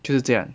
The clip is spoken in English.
就是这样